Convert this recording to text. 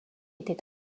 était